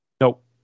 Nope